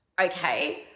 Okay